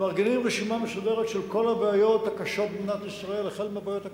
ומארגנים רשימה מסודרת של כל הבעיות הקשות במדינת ישראל,